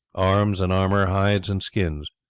arms and armour, hides and skins.